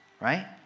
right